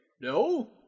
No